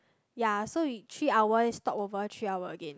ya so we three hours stop over three hour again